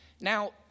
Now